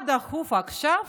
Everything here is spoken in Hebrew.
מה דחוף עכשיו